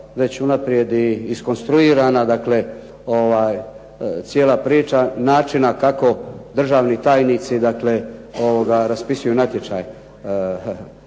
već unaprijed i iskonstruirana, dakle cijela priča, način kako državni tajnici raspisuju natječaj.